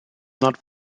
not